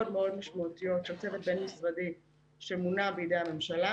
מאוד משמעותיות של צוות בין-משרדי שמונה בידי הממשלה,